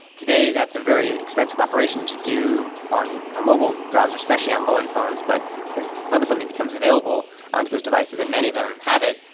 today that's a very expensive operation to do on a mobile browser, especially on low-end phones. but as webassembly becomes available on to those devices and many of them have it,